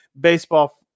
baseball